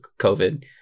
covid